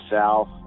south